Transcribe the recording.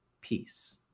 peace